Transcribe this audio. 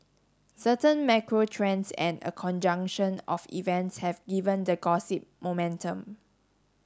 certain macro trends and a conjunction of events have given the gossip momentum